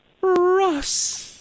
Russ